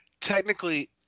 technically